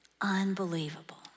Unbelievable